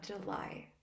July